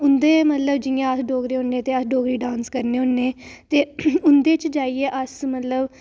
उंदे मतलब जि'यां अस डोगरे होने ते अस डोगरी डांस करने होने ते उं'दे च जाइयै अस मतलब